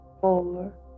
four